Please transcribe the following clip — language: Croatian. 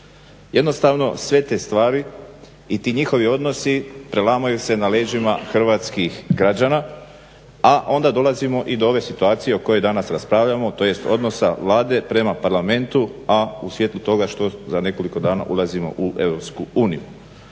Jednostavno sve te stvari i ti njihovi odnosi prelamaju se na leđima hrvatskih građana, a onda dolazimo i do ove situacije o kojoj danas raspravljamo, tj. odnosa Vlade prema Parlamentu, a u svjetlu toga što za nekoliko dana ulazimo u EU.